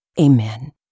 Amen